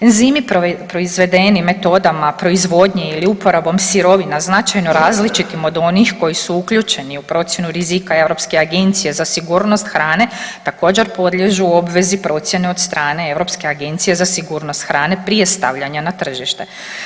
Enzimi proizvedeni metodama proizvodnje ili uporabom sirovina značajno različitim od onih koji su uključeni u procjenu rizika Europske agencije za sigurnost hrane također, podliježu obvezi procjene od strane Europske agencije za sigurnost hrane prije stavljanja na tržište.